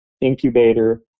incubator